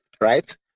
right